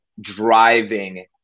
driving